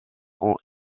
ont